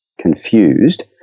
confused